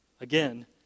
Again